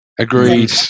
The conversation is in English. Agreed